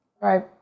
Right